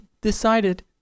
decided